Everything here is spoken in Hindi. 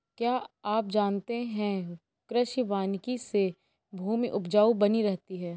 क्या आप जानते है कृषि वानिकी से भूमि उपजाऊ बनी रहती है?